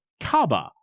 kaba